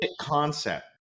concept